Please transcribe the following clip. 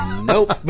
Nope